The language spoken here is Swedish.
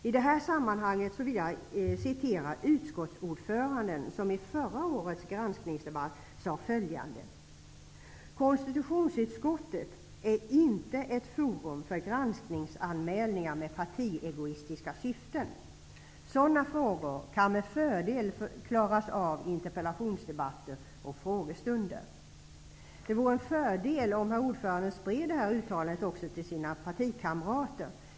I detta sammanhang vill jag citera utskottsordföranden som i förra årets granskningsdebatt sade följande: ''KU är inte ett forum för granskningsanmälningar med partiegoistiska syften. Sådana frågor kan med fördel klaras av i interpellationsdebatter och frågestunder.'' Det vore en fördel om herr ordföranden spred det uttalandet också till sina partikamrater.